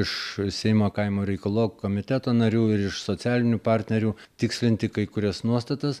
iš seimo kaimo reikalo komiteto narių ir iš socialinių partnerių tikslinti kai kurias nuostatas